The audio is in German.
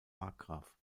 markgraf